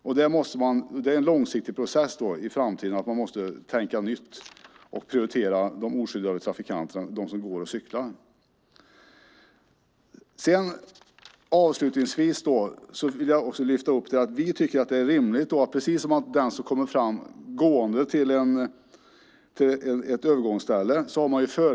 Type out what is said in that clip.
Det är en långsiktig process i framtiden att man måste tänka nytt och prioritera de oskyddade trafikanterna, alltså de som går och cyklar. Gående har företräde vid övergångsställen.